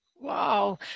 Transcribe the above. Wow